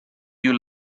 you